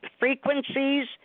frequencies